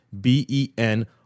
B-E-N